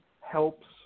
helps